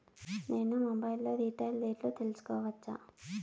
నేను మొబైల్ లో రీటైల్ రేట్లు తెలుసుకోవచ్చా?